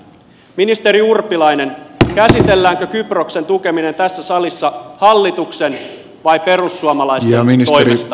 ministeri urpilainen käsitelläänkö kyproksen tukeminen tässä salissa hallituksen vai perussuomalaisten toimesta